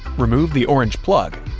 remove the orange plug,